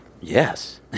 Yes